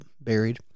buried